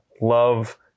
love